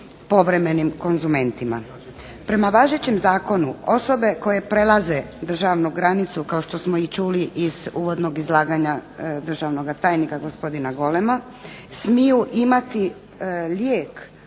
povremenim konzumentima. Prema važećem zakonu osobe koje prelaze državnu granicu kao što smo i čuli iz uvodnog izlaganja državnoga tajnika gospodina Golema smiju imati lijek